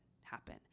happen